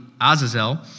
Azazel